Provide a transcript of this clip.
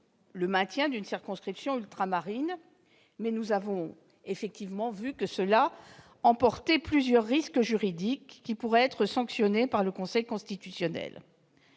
du maintien d'une circonscription ultramarine. Nous avons effectivement constaté que cela emportait plusieurs risques juridiques susceptibles d'être sanctionnés par le Conseil constitutionnel.